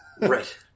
Right